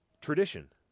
tradition